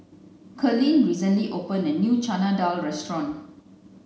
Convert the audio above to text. Karlene recently opened a new Chana Dal restaurant